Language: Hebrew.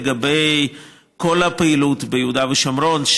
לגבי כל הפעילות ביהודה ושומרון,